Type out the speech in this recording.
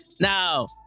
Now